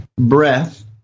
breath